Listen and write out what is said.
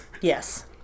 yes